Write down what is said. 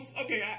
okay